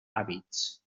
hàbits